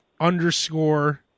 underscore